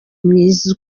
mwiza